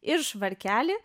ir švarkelį